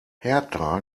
hertha